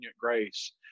grace